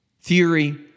theory